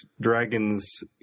dragons